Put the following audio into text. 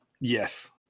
yes